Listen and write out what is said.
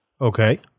Okay